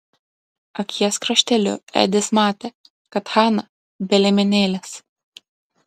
akies krašteliu edis matė kad hana be liemenėlės